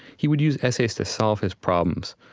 he would use essays to solve his problems,